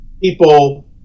people